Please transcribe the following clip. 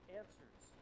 answers